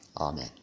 Amen